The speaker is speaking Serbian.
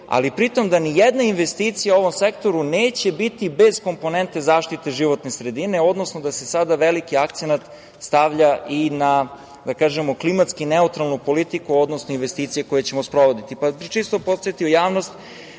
ali pri tome da nijedna investicija u ovom sektoru neće biti bez komponente zaštite životne sredine, odnosno da se sada veliki akcenat stavlja i na klimatski neutralnu politiku, odnosno investicije koje ćemo sprovoditi, pa bih čisto podsetio javnost